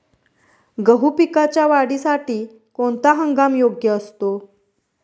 गहू पिकाच्या वाढीसाठी कोणता हंगाम योग्य असतो?